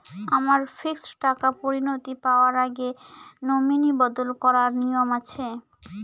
আমার ফিক্সড টাকা পরিনতি পাওয়ার আগে নমিনি বদল করার নিয়ম আছে?